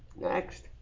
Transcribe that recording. next